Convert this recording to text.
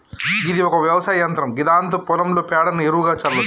గిది ఒక వ్యవసాయ యంత్రం గిదాంతో పొలంలో పేడను ఎరువుగా సల్లచ్చు